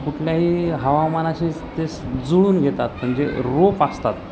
कुठल्याही हवामानाशी ते जुळून घेतात म्हणजे रोप असतात